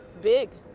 big.